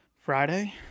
Friday